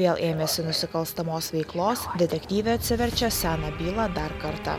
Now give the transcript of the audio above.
vėl ėmėsi nusikalstamos veiklos detektyve atsiverčia seną bylą dar kartą